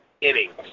innings